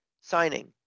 signing